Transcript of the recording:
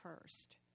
first